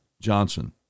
Johnson